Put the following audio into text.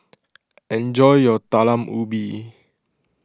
enjoy your Talam Ubi